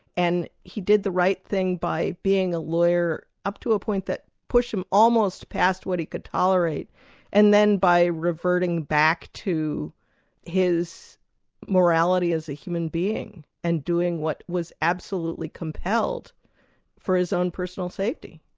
and he did the right thing by being a lawyer, up to a point that pushed him almost past what he could tolerate and then by reverting back to his morality as a human being, and doing what was absolutely compelled for his own personal safety.